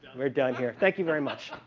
we're done here, thank you very much.